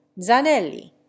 Zanelli